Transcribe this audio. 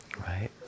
right